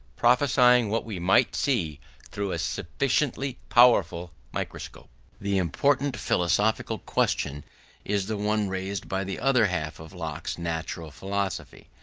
prophesying what we might see through a sufficiently powerful microscope the important philosophical question is the one raised by the other half of locke's natural philosophy,